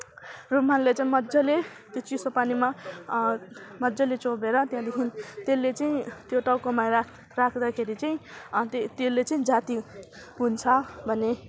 रुमालले चाहिँ मज्जाले त्यो चिसो पानीमा मज्जाले चोबेर त्यहाँदेखि त्यसले चाहिँ त्यो टाउकोमा राख्दाखेरि चाहिँ त्यसले चाहिँ जाती हुन्छ भने